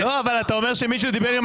לא, אבל אי אפשר סתם להגיד.